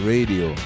Radio